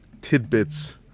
tidbits